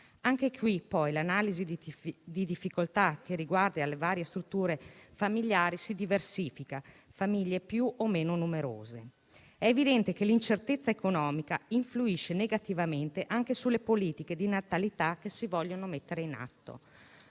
Anche qui poi l'analisi sulla difficoltà, che riguarda le varie strutture familiari, si diversifica tra famiglie più o meno numerose. È evidente che l'incertezza economica influisce negativamente anche sulle politiche di natalità che si vogliono mettere in atto.